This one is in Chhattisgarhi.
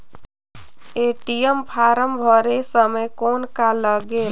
ए.टी.एम फारम भरे समय कौन का लगेल?